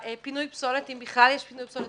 פינוי פסולת אם בכלל יש פינוי פסולת.